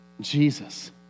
Jesus